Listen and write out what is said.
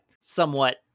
somewhat